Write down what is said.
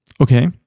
Okay